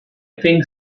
think